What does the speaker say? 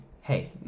Hey